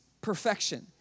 perfection